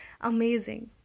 amazing